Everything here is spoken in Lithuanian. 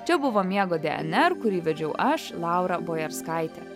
čia buvo miego dnr kurį vedžiau aš laura bojarskaitė